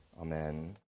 Amen